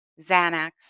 Xanax